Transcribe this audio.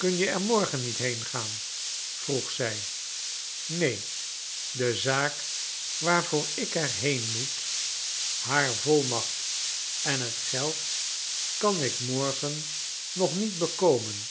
kun je er morgen niet heengaan vroeg zij neen de zaak waarvoor ik er heen moet haar volmacht en het geld kan ik morgen nog niet bekomen